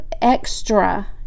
extra